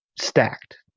stacked